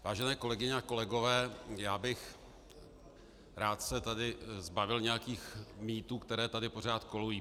Vážené kolegyně a kolegové, já bych se rád tady zbavil nějakých mýtů, které tady pořád kolují.